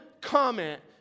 comment